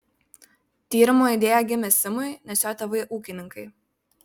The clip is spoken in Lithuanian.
tyrimo idėja gimė simui nes jo tėvai ūkininkai